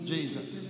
Jesus